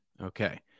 Okay